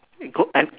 you go and